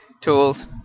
Tools